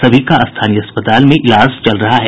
सभी का स्थानीय अस्पताल में इलाज चल रहा है